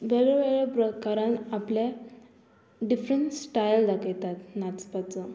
वेगळ्या वेगळ्या प्रकारान आपले डिफरंस स्टायल दाखयतात नाचपाचो